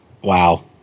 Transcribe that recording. Wow